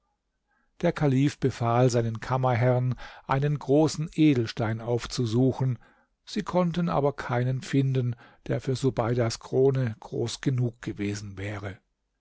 der kalif befahl seinen kammerherrn einen großen edelstein aufzusuchen sie konnten aber keinen finden der für subeidas krone groß genug gewesen wäre